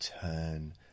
turn